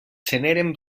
generen